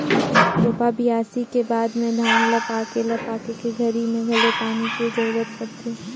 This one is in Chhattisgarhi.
रोपा, बियासी के बाद में धान ल पाके ल पाके के घरी मे घलो पानी के जरूरत परथे